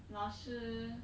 老师